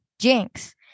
Jinx